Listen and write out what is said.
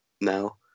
now